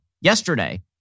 yesterday